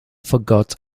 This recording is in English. forgot